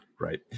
Right